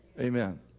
Amen